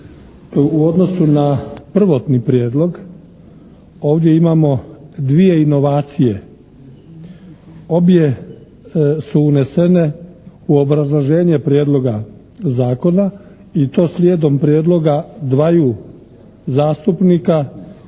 U odnosu na prvotni prijedlog ovdje imamo dvije inovacije, obje su unesene u obrazloženje prijedloga zakona i to slijedom prijedloga dvaju zastupnika, uvaženog